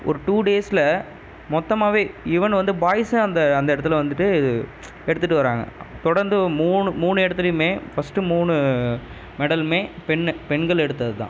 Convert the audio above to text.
ஒரு டூ டேஸ்ஸில் மொத்தமாகவே ஈவன் வந்து பாய்ஸும் அந்த அந்த இடத்துல வந்துகிட்டு எடுத்துகிட்டு வராங்க தொடர்ந்து மூணு மூணு இடத்துலையுமே ஃபஸ்ட்டு மூணு மெடலுமே பெண் பெண்கள் எடுத்தது தான்